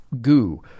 goo